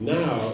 now